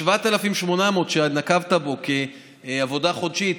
המספר 7,800 שנקבת בו כעבודה חודשית